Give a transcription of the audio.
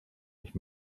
nicht